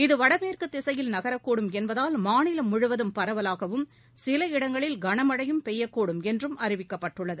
இது வடமேற்கு திசையில் நகரக் கூடும் என்பதால் மாநிலம் முழுவதும் பரவலாகவும் சில இடங்களில் கனமழையும் பெய்யக் கூடும் என்றும் அறிவிக்கப்பட்டுள்ளது